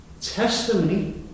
testimony